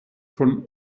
von